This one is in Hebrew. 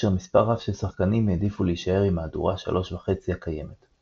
כאשר מספר רב של שחקנים העדיפו להישאר עם מהדורה 3.5 הקיימת.